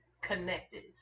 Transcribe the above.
connected